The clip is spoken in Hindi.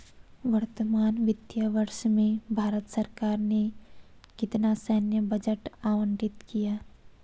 वर्तमान वित्तीय वर्ष में भारत सरकार ने कितना सैन्य बजट आवंटित किया?